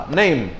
name